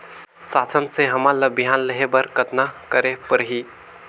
शासन से हमन ला बिहान लेहे बर कतना करे परही?